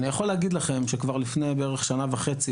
אני יכול להגיד לכם שכבר לפני בערך שנה וחצי